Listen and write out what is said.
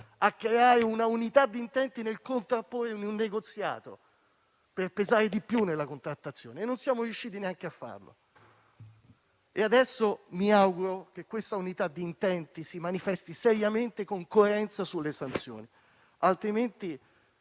a creare un'unità di intenti da contrapporre in un negoziato per pesare di più nella contrattazione; non siamo riusciti neanche a farlo. Adesso mi auguro che questa unità di intenti si manifesti seriamente e con coerenza sulle sanzioni, altrimenti